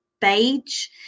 beige